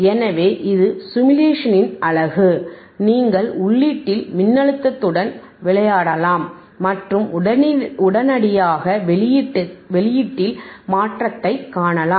எனவே இது சிமுலேஷனின் அழகு நீங்கள் உள்ளீட்டில் மின்னழுத்தத்துடன் விளையாடலாம் மற்றும் உடனடியாக வெளியீட்டில் மாற்றத்தைக் காணலாம்